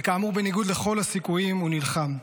וכאמור, בניגוד לכל הסיכויים הוא נלחם.